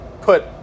put